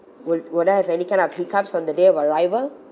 would would I have any kind of hiccups on the day of arrival